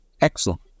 Excellent